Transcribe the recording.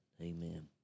Amen